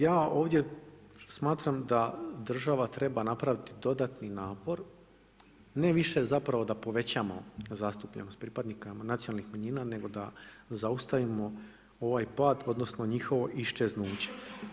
Ja ovdje smatram da država treba napraviti dodatni napor, ne više zapravo da povećamo zastupljenost pripadnika nacionalnih manjina, nego da zaustavimo ovaj pad, odnosno njihovo iščeznuće.